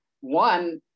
One